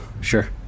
sure